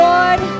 Lord